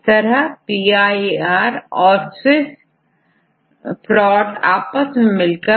इस तरहPIR औरSWISS PROT आपस में मिलकर